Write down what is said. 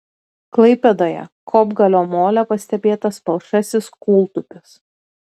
klaipėdoje kopgalio mole pastebėtas palšasis kūltupis